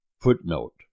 Footnote